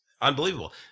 unbelievable